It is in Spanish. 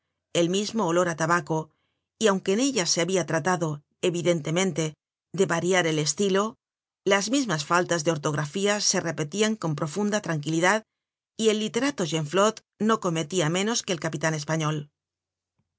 el mismo olor á tabaco y aunque en ellas se habia tratado evidentemente de variar el estilo las mismas faltas de ortografía se repetian con profunda tranquilidad y el literato genflot no cometia menos que el capitan español